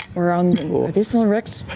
are um are they still in rexx?